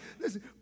listen